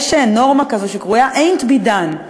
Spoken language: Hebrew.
יש נורמה כזו שקרויה ain't be done,